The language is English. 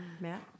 Matt